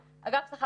איפה?